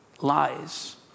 lies